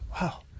Wow